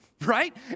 Right